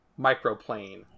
microplane